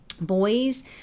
Boys